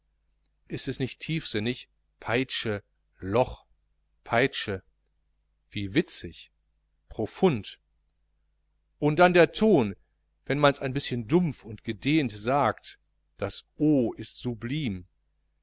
ist es nicht tiefsinnig peitsche loch peitsche wie witzig profund und dann der ton wenn mans ein bischen dumpf und gedehnt sagt das o ist